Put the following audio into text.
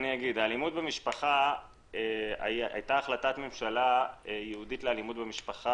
לגבי אלימות במשפחה הייתה החלטת ממשלה ייעודית לאלימות במשפחה